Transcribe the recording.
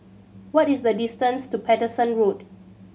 what is the distance to Paterson Road